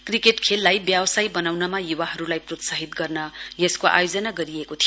cricket खेललाई व्यवसाय बनाउनमा य्वाहरुलाई प्रोत्साहित गर्न यसको आयोजना गरिएको थियो